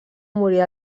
morir